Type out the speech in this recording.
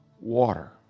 water